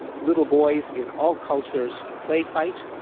little boys, in all cultures, play fight.